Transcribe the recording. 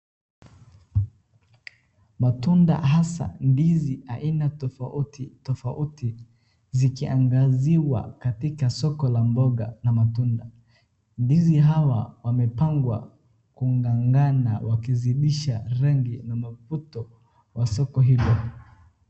Matunda hasa ndizi aina tofauti tifauti zikiangaziwa katika soko la mboga na matunda. Ndizi hawa wamepangwa kung'ang'ana wakizidisha rangi na mavuto wa soko hilo.